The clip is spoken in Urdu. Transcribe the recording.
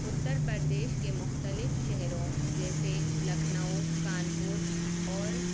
اتر پردیش کے مختلف شہروں جیسے لکھنؤ کانپور اور